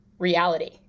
reality